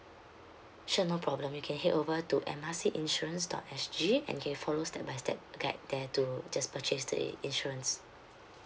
sure no problem you can head over to M R C insurance dot S G and you follow step by step guide there to just purchase the insurance